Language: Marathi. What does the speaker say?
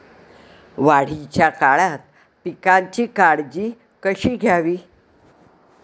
वाढीच्या काळात पिकांची काळजी कशी घ्यावी?